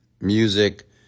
Music